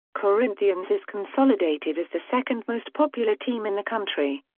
corinthians is consolidated as the second most popular team in the country.